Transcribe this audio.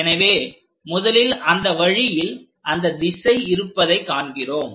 எனவே முதலில் அந்த வழியில் அந்த திசை இருப்பதைக் காண்கிறோம்